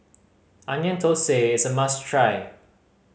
Onion Thosai is a must try